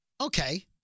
Okay